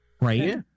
right